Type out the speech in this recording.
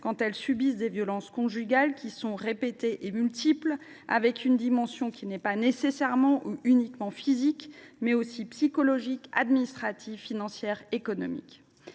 quand elles subissent des violences conjugales répétées et multiples, avec une dimension qui n’est pas nécessairement ou uniquement physique, mais qui peut être également psychologique, administrative, financière, économique.